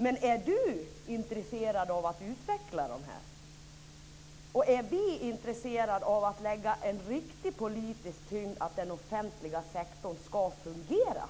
Men är Chatrine Pålsson intresserad av att utveckla dem? Är vi intresserade av att lägga en riktig politisk tyngd bakom att den offentliga sektorn ska fungera?